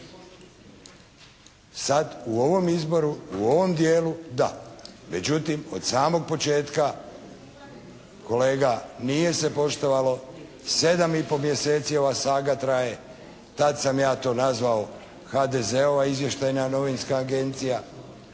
Sad u ovom izboru, u ovom dijelu da, međutim od samog početka kolega nije se poštovalo, sedma i pol mjeseci ova saga traje, tad sam ja to nazvao HDZ-ova izvještajna novinska agencija,